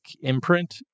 imprint